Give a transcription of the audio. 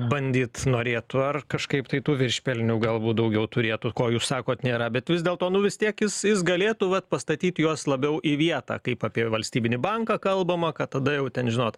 bandyt norėtų ar kažkaip tai tų viršpelnių galbūt daugiau turėtų ko jūs sakot nėra bet vis dėlto nu vis tiek jis jis galėtų vat pastatyt juos labiau į vietą kaip apie valstybinį banką kalbama kad tada jau ten žinot